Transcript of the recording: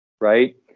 right